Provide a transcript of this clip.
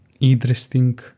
interesting